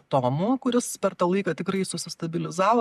tomu kuris per tą laiką tikrai susistabilizavo